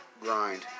grind